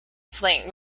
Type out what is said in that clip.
fling